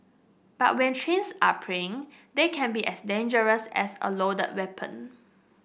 but when trains are plying they can be as dangerous as a loaded weapon